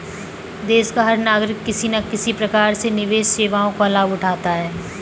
देश का हर नागरिक किसी न किसी प्रकार से निवेश सेवाओं का लाभ उठाता है